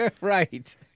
Right